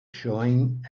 showing